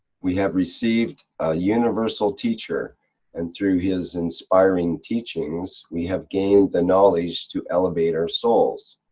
we have received a universal teacher and through his inspiring teachings we have gained the knowledge to elevate our souls.